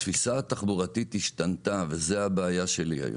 התפיסה התחבורתית השתנתה וזו הבעיה שלי היום,